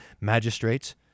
magistrates